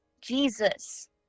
Jesus